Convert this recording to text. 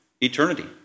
eternity